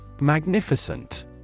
Magnificent